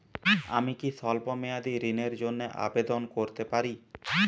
আমি কি স্বল্প মেয়াদি ঋণের জন্যে আবেদন করতে পারি?